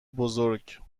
بزرگ